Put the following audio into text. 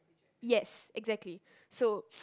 yes exactly so